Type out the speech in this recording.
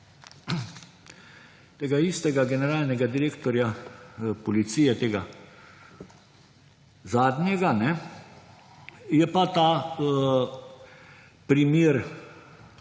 tega istega generalnega direktorja policije, tega zadnjega, je pa ta primer